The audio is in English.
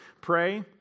pray